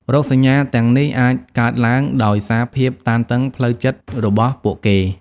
រោគសញ្ញាទាំងនេះ អាចកើតឡើងដោយសារភាពតានតឹងផ្លូវចិត្តរបស់ពួកគេ។